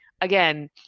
again